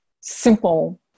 simple